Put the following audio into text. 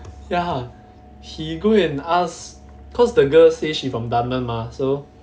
ya he go and ask cause the girl say she from dunman mah so